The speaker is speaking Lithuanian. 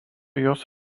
jos